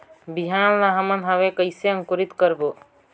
बिहान ला हमन हवे कइसे अंकुरित करबो?